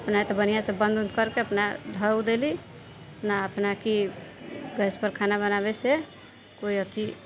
बढ़िआँ से बंद उंद करके अपना धऽ ओ देली अपना कि गैस पर खाना बनाबै से कोइ अथी